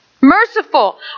Merciful